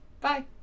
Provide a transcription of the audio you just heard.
bye